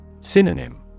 Synonym